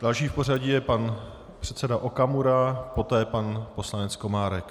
Další v pořadí je pan předseda Okamura, poté pan poslanec Komárek.